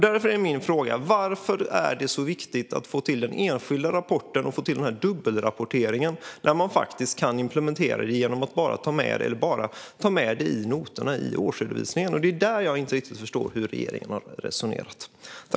Därför är min fråga: Varför är det så viktigt att få till den enskilda rapporten och den här dubbelrapporteringen när man faktiskt kan implementera det genom att ta med det i noterna i årsredovisningen? Det är där jag inte riktigt förstår hur regeringen har resonerat.